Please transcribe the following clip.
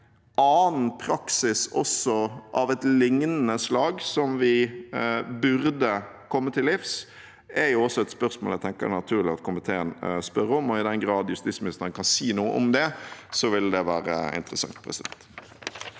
er annen praksis også av et lignende slag som vi burde komme til livs, er et spørsmål jeg tenker det er naturlig at komiteen stiller, og i den grad justisministeren kan si noe om det, ville det være interessant. Seher